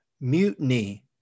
mutiny